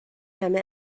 همه